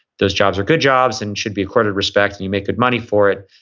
those jobs are good jobs, and should be accorded respect and you make good money for it,